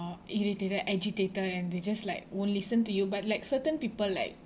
irritated agitated and they just like won't listen to you but like certain people like